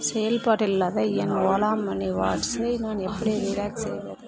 செயல்பாட்டில் இல்லாத என் ஓலா மனி வாட்ஸை நான் எப்படி ரீஆக்டிட் செய்வது